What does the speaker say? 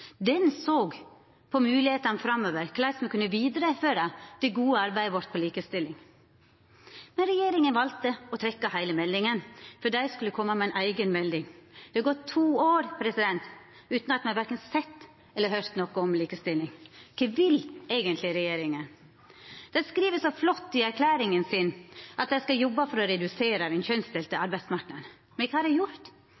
den førre regjeringa. Ho såg på moglegheitene framover, korleis me kunne føra vidare det gode arbeidet vårt med likestilling. Men denne regjeringa valde å trekkja heile meldinga. Dei skulle koma med ei eiga melding. Det har gått to år utan at me verken har sett eller høyrt noko om likestilling. Kva vil eigentleg regjeringa? Dei skriv så flott i erklæringa si at dei skal jobba for å redusera den kjønnsdelte